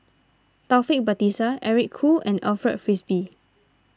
Taufik Batisah Eric Khoo and Alfred Frisby